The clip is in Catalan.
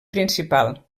principal